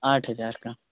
आठ हजार का